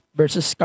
versus